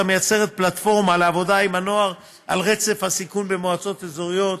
היא מייצרת פלטפורמה לעבודה עם נוער על רצף הסיכון במועצות אזוריות,